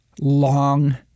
long